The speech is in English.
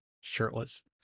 shirtless